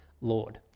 Lord